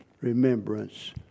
remembrance